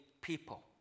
people